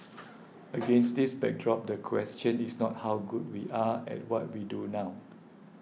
against this backdrop the question is not how good we are at what we do now